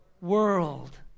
world